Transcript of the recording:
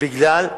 בגלל,